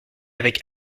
avec